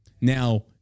Now